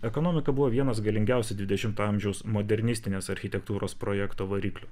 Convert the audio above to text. ekonomika buvo vienas galingiausių dvidešimtojo amžiaus modernistinės architektūros projekto variklių